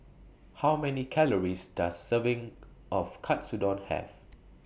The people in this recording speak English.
How Many Calories Does Serving of Katsudon Have